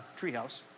treehouse